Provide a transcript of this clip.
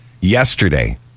Yesterday